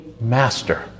Master